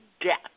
death